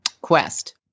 quest